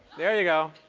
there you go.